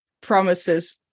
promises